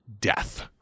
death